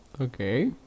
Okay